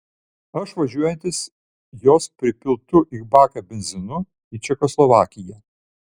aš važiuojantis jos pripiltu į baką benzinu į čekoslovakiją